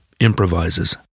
improvises